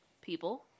people